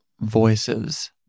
voices